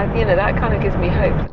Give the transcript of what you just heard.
and that kind of gives me hope.